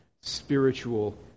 spiritual